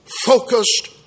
focused